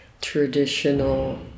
traditional